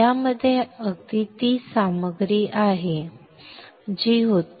यामध्ये अगदी तीच सामग्री आहे जी होती